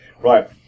Right